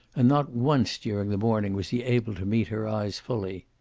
and not once during the morning was he able to meet her eyes fully.